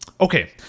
okay